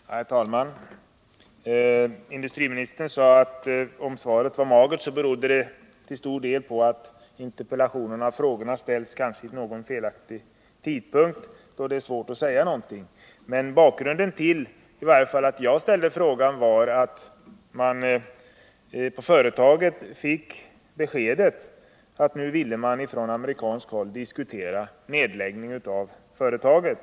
Herr talman! Industriministern sade att om svaret var magert, så berodde detta till stor del på att interpellationerna och frågan framställts vid en olämplig tidpunkt och att det därför var svårt att ge ett fylligare svar. Men bakgrunden till att jag för min del väckte den här interpellationen var att man på Firestone fått beskedet att man från amerikanskt håll ville diktera en nedläggning av företagen.